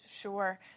Sure